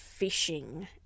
phishing